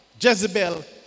Jezebel